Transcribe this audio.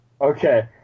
Okay